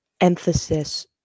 emphasis